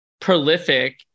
prolific